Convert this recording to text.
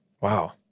Wow